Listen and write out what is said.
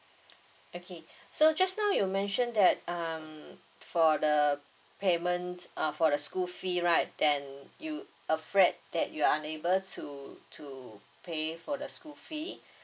okay so just now you mention that um for the payment uh for the school fee right then you afraid that you are unable to to pay for the school fee